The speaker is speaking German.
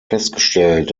festgestellt